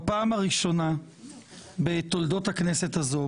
בפעם הראשונה בתולדות הכנסת הזו,